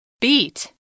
beat